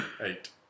Eight